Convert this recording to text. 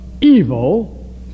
evil